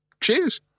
Cheers